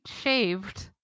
shaved